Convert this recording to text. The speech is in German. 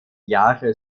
jahre